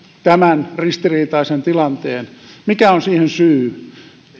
tämän ristiriitaisen tilanteen mikä on siihen syy